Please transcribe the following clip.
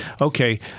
okay